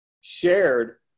shared